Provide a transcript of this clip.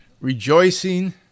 rejoicing